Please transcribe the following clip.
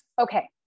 okay